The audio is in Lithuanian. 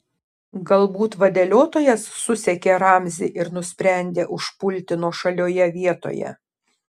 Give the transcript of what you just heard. galbūt vadeliotojas susekė ramzį ir nusprendė užpulti nuošalioje vietoje